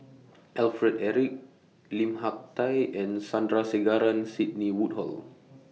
Alfred Eric Lim Hak Tai and Sandrasegaran Sidney Woodhull